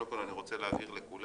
קודם כול אני רוצה להבהיר לכולם,